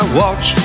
watch